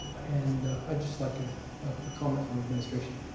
and i'd just like a ah comment from administration.